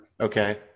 Okay